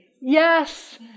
yes